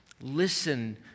listen